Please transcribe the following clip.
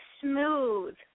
smooth